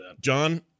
John